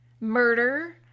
murder